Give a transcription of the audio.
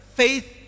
faith